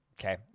okay